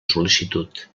sol·licitud